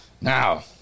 now